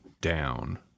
down